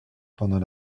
pendant